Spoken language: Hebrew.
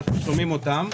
אנחנו שומעים אותם,